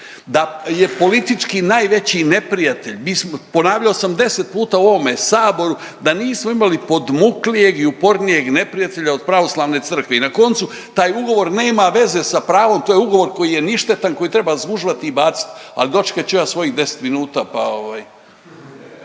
da je politički najveći neprijatelj, ponavljao sam deset puta u ovome saboru da nismo imali podmuklijeg i upornijeg neprijatelja od Pravoslavne crkve i na koncu, taj ugovor nema veze sa pravom, to je ugovor koji je ništetan, koji treba zgužvat i bacit, al dočekat ću ja svojih 10 minuta, pa ovaj.